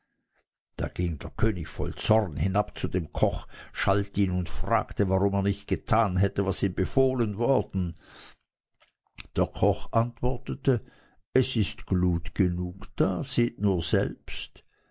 da ging der könig voll zorn hinab zu dem koch schalt ihn und fragte warum er nicht getan hätte was ihm wäre befohlen worden der koch aber antwortete es ist glut genug da seht nur selbst